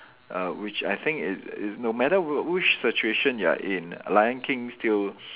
uh which I think is is no matter w~ which situation you're in lion king still